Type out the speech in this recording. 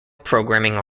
programming